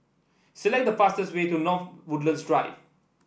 select the fastest way to North Woodlands Drive